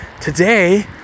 today